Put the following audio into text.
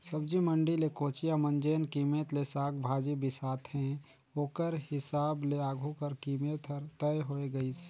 सब्जी मंडी ले कोचिया मन जेन कीमेत ले साग भाजी बिसाथे ओकर हिसाब ले आघु कर कीमेत हर तय होए गइस